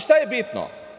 Šta je bitno?